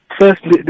Firstly